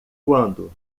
quando